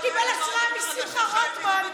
ממש קיבל השראה משמחה רוטמן,